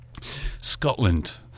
Scotland